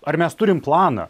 ar mes turim planą